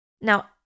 Now